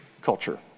culture